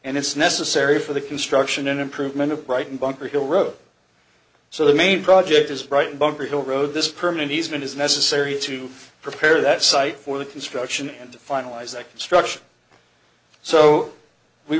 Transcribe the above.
and it's necessary for the construction and improvement of brighton bunker hill road so the main project is right bunker hill road this permanent easement is necessary to prepare that site for the construction and finalize that construction so we